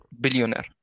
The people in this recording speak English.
billionaire